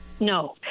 No